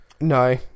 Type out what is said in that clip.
No